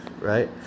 right